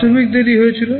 প্রাথমিক দেরি হয়েছিল